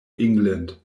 england